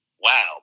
Wow